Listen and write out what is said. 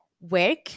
work